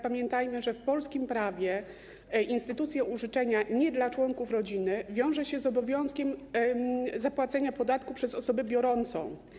Pamiętajmy, że w polskim prawie instytucja użyczenia nie dla członków rodziny wiąże się z obowiązkiem zapłacenia podatku przez osobę biorącą.